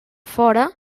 fora